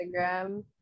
Instagram